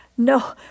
No